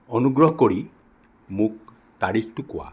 অনুগ্ৰহ কৰি মোক তাৰিখটো কোৱা